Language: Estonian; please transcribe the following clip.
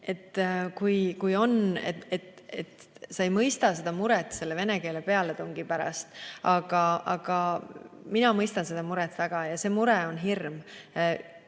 õiendada. Sa ei mõista muret vene keele pealetungi pärast, aga mina mõistan seda muret väga ja see mure on hirm.